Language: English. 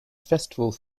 festival